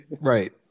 right